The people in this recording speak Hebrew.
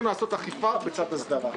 יש לנו בעיה עם מידת האכיפה ועם האפשרות להסדרה.